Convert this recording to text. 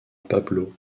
pablo